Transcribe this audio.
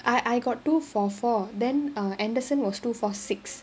I got two four four then err anderson was two four six